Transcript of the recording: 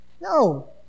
No